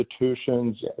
institutions